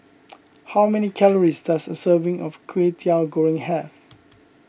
how many calories does a serving of Kway Teow Goreng have